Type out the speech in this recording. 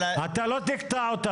אתה לא תקטע אותה.